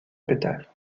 pétales